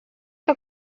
que